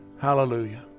Hallelujah